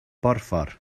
borffor